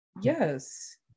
yes